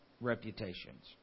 reputations